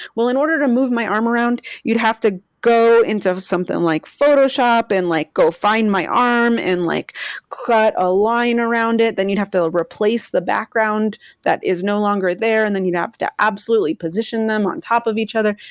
well, in order to move my arm around, you'd have to go into something like photoshop and like go find my arm and like cut a line around it and then you'd have to replace the background that is no longer there and then you have to absolutely position them on top of each other.